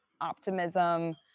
optimism